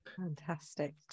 Fantastic